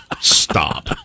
Stop